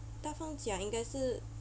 大放假应该是